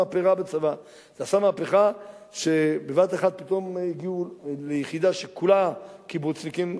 בבת אחת פתאום הגיעו ליחידה שכולה קיבוצניקים,